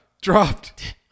Dropped